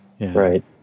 Right